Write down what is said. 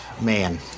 man